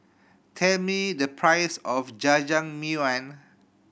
tell me the price of Jajangmyeon